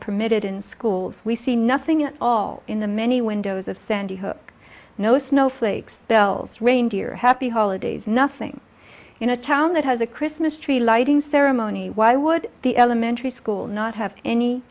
permitted in schools we see nothing at all in the many windows of sandy hook no snowflake spells reindeer happy holidays nothing in a town that has a christmas tree lighting ceremony why would the elementary school not have any